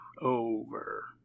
Over